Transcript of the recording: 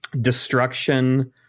destruction